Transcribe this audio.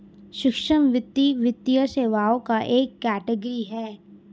सूक्ष्म वित्त, वित्तीय सेवाओं का एक कैटेगरी है